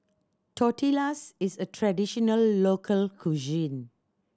tortillas is a traditional local cuisine